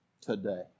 today